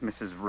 Mrs